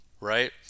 Right